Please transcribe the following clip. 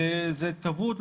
זה התרבות,